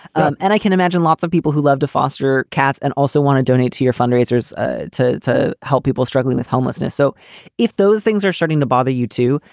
um and i can imagine lots of people who love to foster cats and also want to donate to your fundraisers ah to to help people struggling with homelessness so if those things are starting to bother you, too,